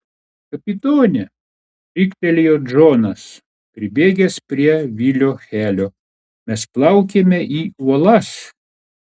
kapitone riktelėjo džonas pribėgęs prie vilio helio mes plaukiame į uolas